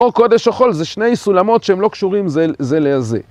או קודש או חול, זה שני סולמות שהם לא קשורים זה לזה.